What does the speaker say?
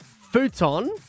Futon